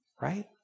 right